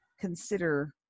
consider